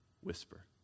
whisper